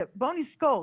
שבואו נזכור,